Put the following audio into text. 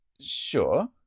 Sure